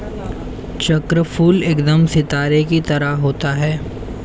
चक्रफूल एकदम सितारे की तरह होता है